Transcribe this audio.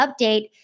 update